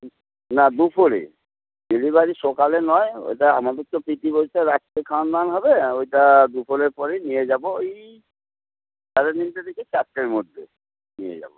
না দুপুরে ডেলিভারি সকালে নয় ওইটা আমাদের তো প্রীতিভোজটা রাত্রে খাওয়ান হবে ওইটা দুপুরের পরেই নিয়ে যাব ওই সাড়ে তিনটে থেকে চারটের মধ্যে নিয়ে যাব